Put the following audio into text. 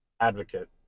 advocate